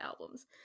albums